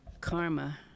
karma